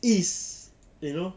is you know